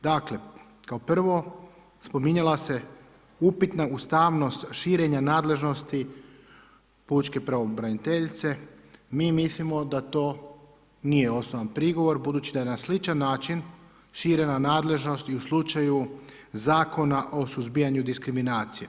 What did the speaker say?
Dakle, kao prvo, spominjala se upitna ustavnost širenja nadležnosti pučke pravobraniteljice, mi mislimo da to nije osnovan prigovor, budući da je na sličan način širena nadležnost i u slučaju Zakona o suzbijanju diskriminacije.